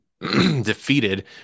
defeated